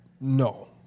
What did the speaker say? No